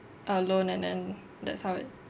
a loan and then that's how it